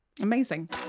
Amazing